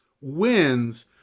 wins